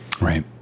Right